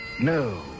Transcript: No